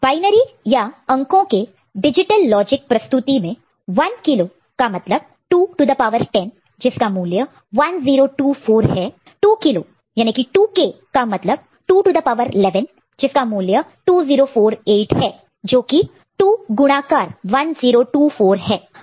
binary या अंको numbers numbers के डिजिटल लॉजिक प्रस्तुति रिप्रेजेंटेशन representation में 1 किलो का मतलब 2 टू द पावर 10 जिसका मूल्य 1024 है 2 किलो 2K का मतलब 2 टू द पावर 11 जिसका मूल्य 2048 जोकि 2 गुणाकार मल्टप्लाइड multiplied 1024 है